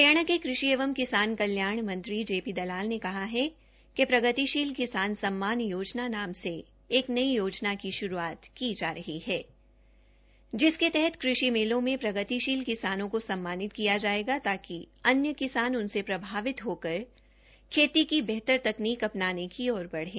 हरियाणा के कृषि एवं किसान कल्याण मंत्री जे पी दलाल ने कहा है कि प्रगतिशील किसान सम्मान से एक नई योजना की शुरूआत की की जा रही है जिसके तहत कृषि मेंलों में प्रगतिशील किसानों को सम्मानित किया जायेगा ताकि अन्य किसान उनसे प्रभावित होकर खेती को बेहतर तकनीक अपनाने की ओर बढ़े